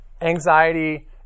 anxiety